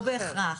לא בהכרח.